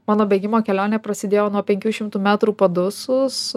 mano bėgimo kelionė prasidėjo nuo penkių šimtų metrų padusus